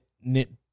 knit